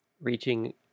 reaching